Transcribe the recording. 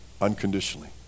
unconditionally